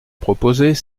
proposer